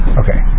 okay